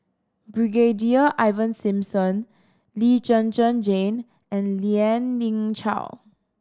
Brigadier Ivan Simson Lee Zhen Zhen Jane and Lien Ying Chow